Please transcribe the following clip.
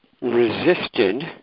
resisted